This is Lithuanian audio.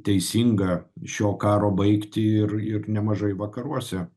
teisingą šio karo baigtį ir ir nemažai vakaruose